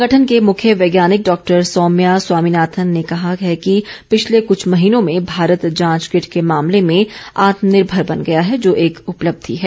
संगठन के मुख्य वैज्ञानिक डॉक्टर सौम्या स्वॉमिनाथन ने कहा है कि पिछले कुछ महीनों में भारत जांच किट के मामले में आत्मनिर्भर बन गया है जो एक उपलब्धि है